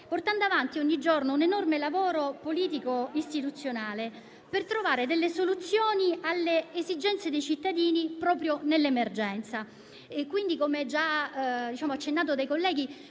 portando avanti ogni giorno un enorme lavoro politico-istituzionale per trovare delle soluzioni alle esigenze dei cittadini proprio nell'emergenza. Come già accennato dai colleghi,